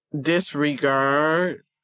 disregard